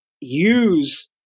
use